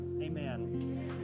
Amen